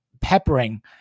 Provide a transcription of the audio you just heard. peppering